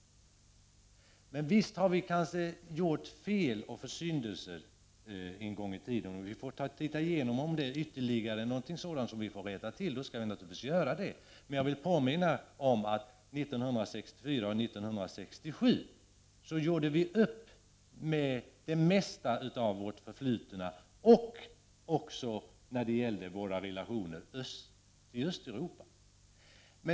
Visst kan vi ha gjort fel och försyndelser en gång i tiden, och vi får se efter om det är ytterligare något sådant som bör rättas till — då skall vi naturligtvis göra det. Jag vill påminna om att vi 1964 och 1967 gjorde upp med det mesta av vårt förflutna, också när det gäller våra relationer till Östeuropa.